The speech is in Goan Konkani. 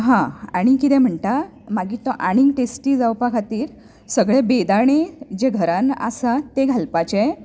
हां आनी कितें म्हणटां मागीर तो आनीक टेस्टी जावपा खातीर सगळें बेदाणे जें घरांत आसात तें घालपाचें